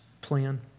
plan